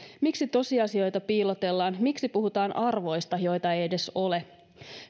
miksi tosiasioita piilotellaan miksi puhutaan arvoista joita ei edes ole